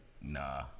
nah